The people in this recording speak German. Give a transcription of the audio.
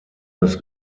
das